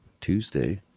Tuesday